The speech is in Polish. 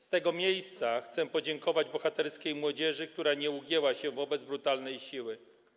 Z tego miejsca chcę podziękować bohaterskiej młodzieży, która nie ugięła się wobec brutalnej siły.